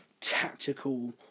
tactical